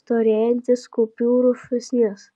storėjantis kupiūrų šūsnis